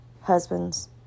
husbands